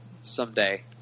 someday